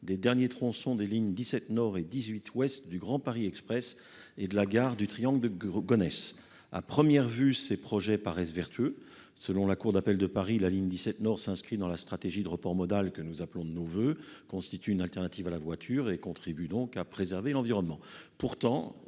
derniers tronçons des lignes 17 nord et 18 ouest du Grand Paris Express et de la gare du triangle de Gonesse, à première vue, ces projets paraissent vertueux, selon la cour d'appel de Paris la ligne 17 nord s'inscrit dans la stratégie de report modal, que nous appelons de nos voeux, constitue une alternative à la voiture et contribue donc à préserver l'environnement,